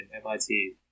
MIT